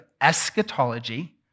eschatology